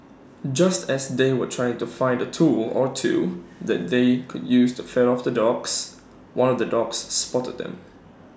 just as they were trying to find A tool or two that they could use to fend off the dogs one of the dogs spotted them